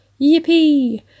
Yippee